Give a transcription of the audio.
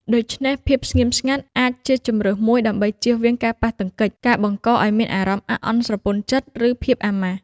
ដូច្នេះ ភាពស្ងៀមស្ងាត់អាចជាជម្រើសមួយ ដើម្បីជៀសវាងការប៉ះទង្គិច ការបង្កឱ្យមានអារម្មណ៍អាក់អន់ស្រពន់ចិត្ត ឬភាពអាម៉ាស់។